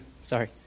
sorry